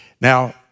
Now